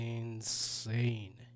insane